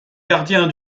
gardien